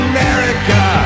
America